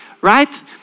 right